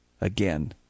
again